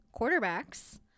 quarterbacks